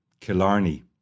Killarney